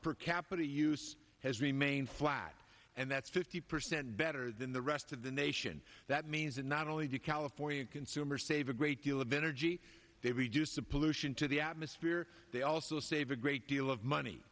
per capita use has remained flat and that's fifty percent better than the rest of the nation that means that not only do california consumers save a great deal of energy they reduce the pollution to the atmosphere they also save a great deal of money